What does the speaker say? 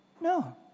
No